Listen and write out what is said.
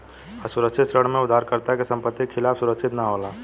असुरक्षित ऋण में उधारकर्ता के संपत्ति के खिलाफ सुरक्षित ना होला